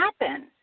happen